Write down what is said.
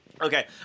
Okay